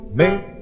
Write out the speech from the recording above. make